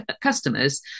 customers